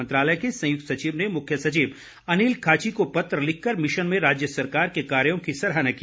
मंत्रालय के संयुक्त सचिव ने मुख्य सचिव अनिल खाची को पत्र लिखकर मिशन में राज्य सरकार के कार्यों की सराहना की